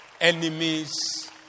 enemies